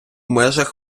межах